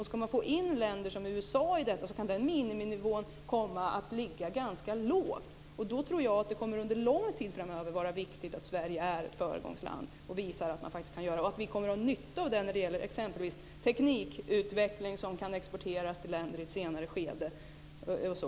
Ska länder som USA in i detta kan denna miniminivå komma att ligga ganska lågt. Då kommer det att under lång tid framöver vara viktigt att Sverige är ett föregångsland. Vi kommer att ha nytta av teknikutveckling som kan exporteras till länder i ett senare skede.